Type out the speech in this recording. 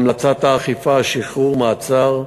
המלצת האכיפה, שחרור, מעצר,